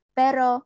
pero